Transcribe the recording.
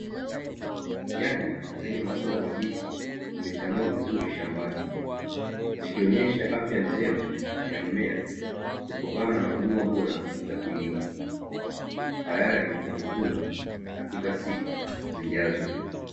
Nyanya zenye matunda mabichi zimechanua vizuri shambani, zikionyesha afya njema ya mmea kutokana na huduma bora za kilimo tayari kwa kuvunwa katika siku zijazo.